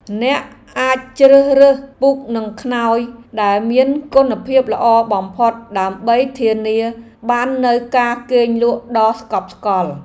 អ្នកអាចជ្រើសរើសពូកនិងខ្នើយដែលមានគុណភាពល្អបំផុតដើម្បីធានាបាននូវការគេងលក់ដ៏ស្កប់ស្កល់។